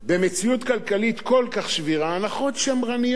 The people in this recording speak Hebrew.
במציאות כלכלית כל כך שבירה, הנחות שמרניות,